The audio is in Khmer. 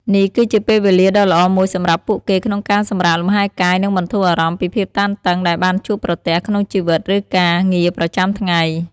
នេះគឺជាពេលវេលាដ៏ល្អមួយសម្រាប់ពួកគេក្នុងការសម្រាកលំហែរកាយនិងបន្ធូរអារម្មណ៍ពីភាពតានតឹងដែលបានជួបប្រទះក្នុងជីវិតឬការងារប្រចាំថ្ងៃ។